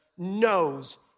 knows